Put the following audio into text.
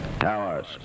Towers